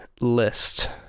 list